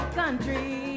country